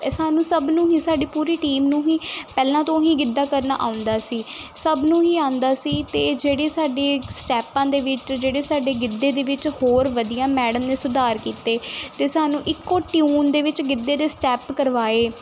ਇਹ ਸਾਨੂੰ ਸਭ ਨੂੰ ਹੀ ਸਾਡੀ ਪੂਰੀ ਟੀਮ ਨੂੰ ਹੀ ਪਹਿਲਾਂ ਤੋਂ ਹੀ ਗਿੱਧਾ ਕਰਨਾ ਆਉਂਦਾ ਸੀ ਸਭ ਨੂੰ ਹੀ ਆਉਂਦਾ ਸੀ ਅਤੇ ਜਿਹੜੇ ਸਾਡੇ ਸਟੈਪਾਂ ਦੇ ਵਿੱਚ ਜਿਹੜੇ ਸਾਡੇ ਗਿੱਧੇ ਦੇ ਵਿੱਚ ਹੋਰ ਵਧੀਆ ਮੈਡਮ ਨੇ ਸੁਧਾਰ ਕੀਤੇ ਅਤੇ ਸਾਨੂੰ ਇੱਕੋ ਟਿਊਨ ਦੇ ਵਿੱਚ ਗਿੱਧੇ ਦੇ ਸਟੈਪ ਕਰਵਾਏ